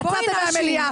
יצאתם מהמליאה.